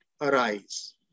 arise